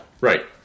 Right